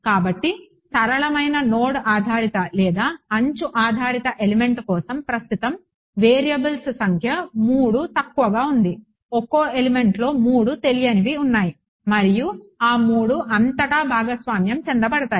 కాబట్టి సరళమైన నోడ్ ఆధారిత లేదా అంచు ఆధారిత ఎలిమెంట్ కోసం ప్రస్తుతం వేరియబుల్స్ సంఖ్య 3 తక్కువగా ఉంది ఒక్కో ఎలిమెంట్లో 3 తెలియనివి ఉన్నాయి మరియు ఆ 3 అంతటా భాగస్వామ్యం చేయబడతాయి